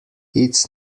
its